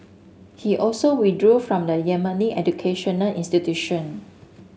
he also withdrew from the Yemeni educational institution